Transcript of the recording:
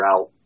out